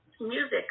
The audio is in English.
Music